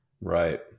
Right